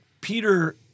Peter